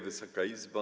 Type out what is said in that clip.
Wysoka Izbo!